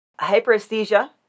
Hyperesthesia